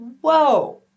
Whoa